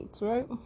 right